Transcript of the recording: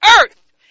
earth